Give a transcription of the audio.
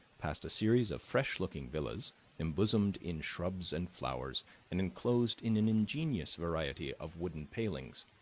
past a series of fresh-looking villas embosomed in shrubs and flowers and enclosed in an ingenious variety of wooden palings.